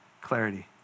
clarity